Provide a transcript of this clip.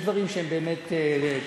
יש דברים שהם באמת קשים,